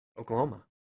Oklahoma